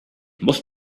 must